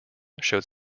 showed